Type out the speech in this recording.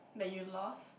that you lost